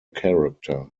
character